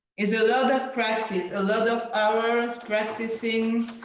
it's a lot of practice. a lot of hours practicing